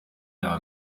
cya